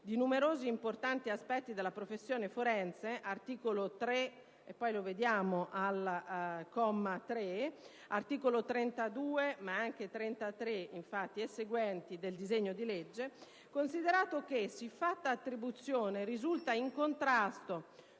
di numerosi importanti aspetti della professione forense (articolo 3 e seguenti e articolo 32 e seguenti del disegno di legge); considerato che: siffatta attribuzione risulta in contrasto